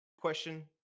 question